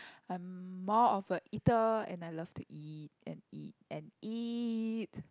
I'm more of a eater and I love to eat and eat and eat